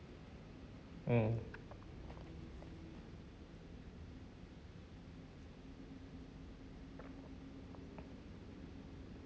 mm